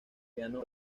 piano